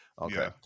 Okay